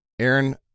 Aaron